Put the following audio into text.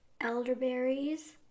elderberries